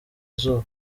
izuba